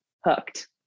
hooked